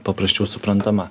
paprasčiau suprantama